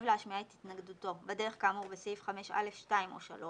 להשמיע את התנגדותו בדרך כאמור בסעיף 5(א)(2) או (3)